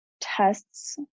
tests